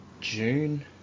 June